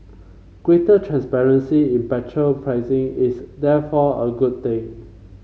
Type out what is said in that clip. greater transparency in petrol pricing is therefore a good thing